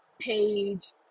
page